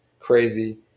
crazy